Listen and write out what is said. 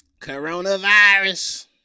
Coronavirus